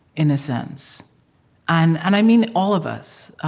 in a sense and and i mean all of us,